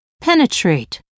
Penetrate